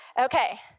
Okay